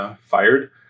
fired